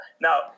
Now